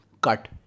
cut